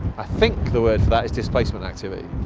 i think the word for that is displacement activity.